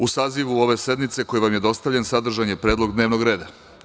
U sazivu ove sednice koji vam je dostavljen sadržan je Predlog dnevnog reda.